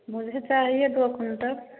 मुझे चाहिए दो कुंटल